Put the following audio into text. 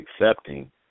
accepting